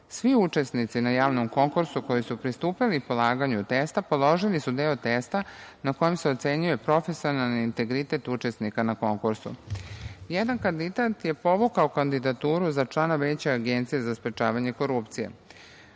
Svi učesnici na javnom konkursu koji su pristupili polaganju testa, položili su deo testa na kojem se ocenjuje profesionalni integritet učesnika na konkursu. Jedan kandidat je povukao kandidaturu za člana Veća Agencije za sprečavanje korupcije.